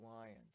Lions